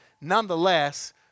nonetheless